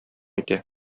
итә